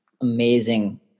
amazing